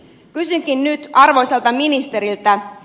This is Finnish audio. kysynkin nyt arvoisalta ministeriltä